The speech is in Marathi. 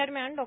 दरम्यान डॉ